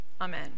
Amen